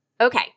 Okay